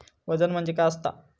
वजन म्हणजे काय असता?